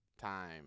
time